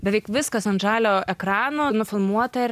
beveik viskas ant žalio ekrano nufilmuota ar